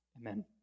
Amen